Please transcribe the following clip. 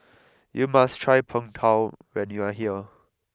you must try Pong Tao when you are here